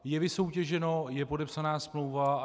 Je vysoutěženo, je podepsaná smlouva.